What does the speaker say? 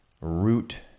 root